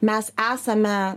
mes esame